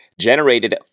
generated